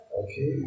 okay